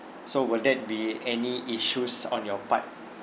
so will that be any issues on your part